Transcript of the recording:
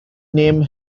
name